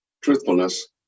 truthfulness